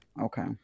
Okay